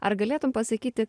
ar galėtum pasakyti